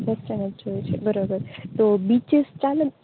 વેસ્ટર્નજ જોઈ છે બરોબર તો બીચેસ ચાલેને